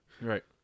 Right